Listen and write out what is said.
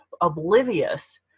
oblivious